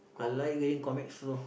I like reading comics lor